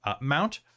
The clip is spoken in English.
mount